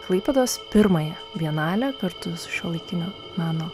klaipėdos pimąją bienalę kartu su šiuolaikinio meno